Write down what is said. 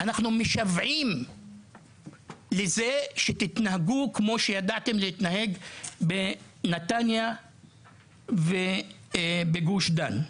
אנחנו משוועים לזה שתתנהגו כמו שידעתם להתנהג בנתניה ובגוש דן.